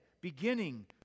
beginning